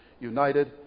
united